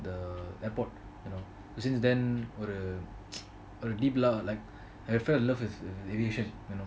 the airport you know since then or a a deep lah like I fell in love with aviation